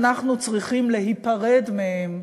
אנחנו צריכים להיפרד מהם,